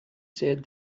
said